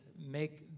make